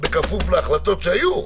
בכפוף להחלטות שהיו.